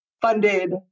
funded